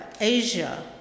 Asia